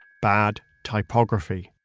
bad typography.